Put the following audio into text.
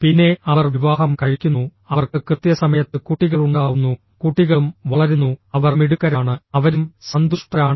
പിന്നെ അവർ വിവാഹം കഴിക്കുന്നു അവർക്ക് കൃത്യസമയത്ത് കുട്ടികളുണ്ടാവുന്നു കുട്ടികളും വളരുന്നു അവർ മിടുക്കരാണ് അവരും സന്തുഷ്ടരാണ്